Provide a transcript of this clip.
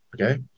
Okay